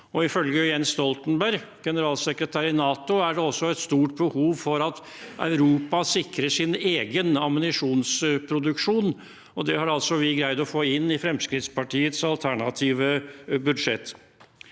ifølge Jens Stoltenberg, generalsekretær i NATO, er det også et stort behov for at Europa sikrer sin egen ammunisjonsproduksjon, og det har vi altså greid å få inn i Fremskrittspartiets alternative budsjett.